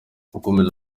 gukomeza